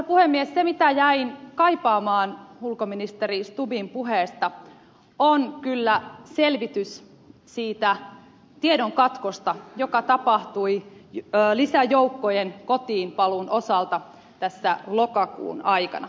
se mitä jäin kaipaamaan ulkoministeri stubbin puheesta on kyllä selvitys siitä tiedonkatkosta joka tapahtui lisäjoukkojen kotiinpaluun osalta tässä lokakuun aikana